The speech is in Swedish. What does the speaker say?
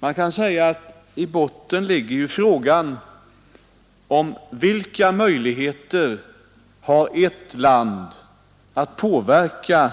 Man kan säga att i botten på detta ärende ligger frågan vilka möjligheter ett land har att påverka